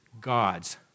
God's